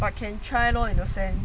I can try lor in a sense